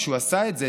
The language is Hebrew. כשהוא עשה את זה,